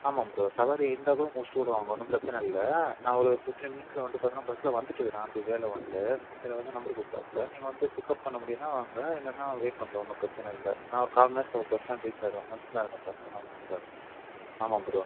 ஆமாம் ப்ரோ சவாரி இருந்தால் கூட முடிச்சிவிட்டு கூட வாங்க ஒன்றும் பிரச்சனை இல்லை நான் ஒரு ஃபிஃப்டீன் மினிட்ஸ் வந்து பார்த்தீங்கன்னா பஸ்ஸில் வந்துவிட்டு இருக்குறேன் ஆன் தி வேலை வந்துவிட்டு இவர் வந்து நம்பர் கொடுத்தாப்ல நீங்கள் வந்து பிக்கப் பண்ண முடியுன்னா வாங்க இல்லைன்னா வெயிட் பண்ணுறோம் ஒன்றும் பிரச்சனை இல்லை நான் ஒரு கால் மண்நேரத்தில் பஸ்ஸ்டாண்ட் ரீச் ஆயிடுவேன் வந்துவிட்டு தான் இருக்கேன் பஸ்ஸில் தான் வந்துட்டுருக்கேன் ஆமாம் ப்ரோ